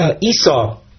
Esau